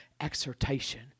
exhortation